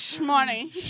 money